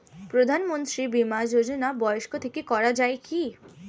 প্রধানমন্ত্রী বিমা যোজনা ব্যাংক থেকে করা যায় কি?